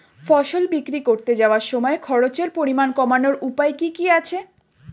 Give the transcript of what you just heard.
ফসল বিক্রি করতে যাওয়ার সময় খরচের পরিমাণ কমানোর উপায় কি কি আছে?